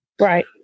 Right